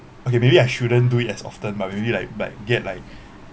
okay maybe I shouldn't do it as often but maybe like but get like